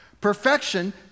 Perfection